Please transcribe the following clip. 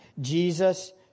Jesus